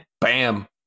bam